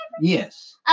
Yes